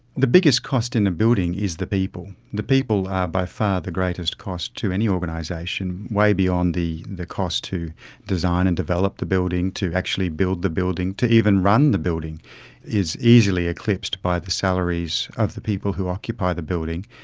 the biggest cost in a building is the people. the people are by far the greatest cost to any organisation, way beyond the the cost to design and develop the building, to actually build the building, to even run the building is easily eclipsed by the salaries of the people who occupy the building,